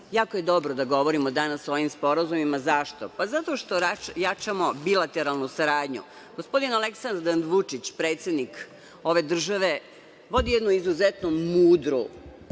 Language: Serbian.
Jako je dobro da govorimo danas o ovim sporazumima. Zašto? Zato što jačamo bilateralnu saradnju. Gospodin Aleksandar Vučić, predsednik ove države vodi jednu izuzetno mudru